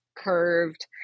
Curved